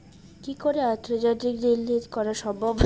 কি করে আন্তর্জাতিক লেনদেন করা সম্ভব?